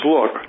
Look